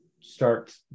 start